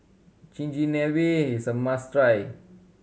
chigenabe is a must try